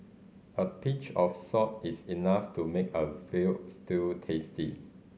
a pinch of salt is enough to make a veal stew tasty